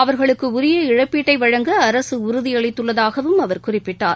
அவர்களுக்கு உரிய இழப்பீட்டை வழங்க அரசு உறுதியளித்துள்ளதாகவும் அவர் குறிப்பிட்டார்